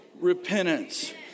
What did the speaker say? repentance